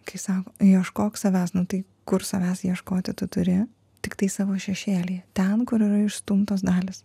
kai sako ieškok savęs nu tai kur savęs ieškoti tu turi tiktai savo šešėlyje ten kur yra išstumtos dalys